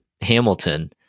Hamilton